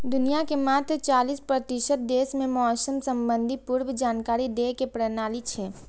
दुनिया के मात्र चालीस प्रतिशत देश मे मौसम संबंधी पूर्व जानकारी दै के प्रणाली छै